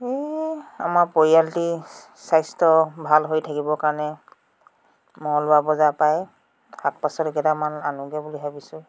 এই আমাৰ পৰিয়ালটি স্বাস্থ্য ভাল হৈ থাকিবৰ কাৰণে মংগলবাৰ বজাৰৰ পৰায়েই শাক পাচলিকেইটামান আনোঁগৈ বুলি ভাবিছোঁ